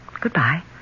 Goodbye